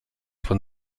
von